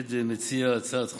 עודד מציע הצעת חוק,